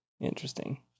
interesting